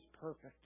perfect